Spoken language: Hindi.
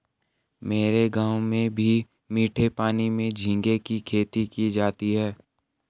मेरे गांव में भी मीठे पानी में झींगे की खेती की जाती है